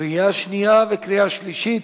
קריאה שנייה וקריאה שלישית.